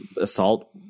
assault